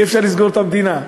אי-אפשר לסגור את המדינה.